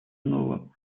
новым